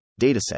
Dataset